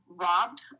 robbed